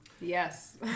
Yes